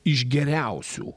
iš geriausių